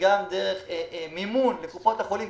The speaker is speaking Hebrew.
וגם דרך מימון לקופות החולים,